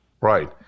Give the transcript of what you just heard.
Right